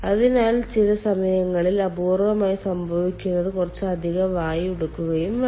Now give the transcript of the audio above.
അതിനാൽ ചില സമയങ്ങളിൽ അപൂർവ്വമായി സംഭവിക്കുന്നത് കുറച്ച് അധിക വായു എടുക്കുകയും വേണം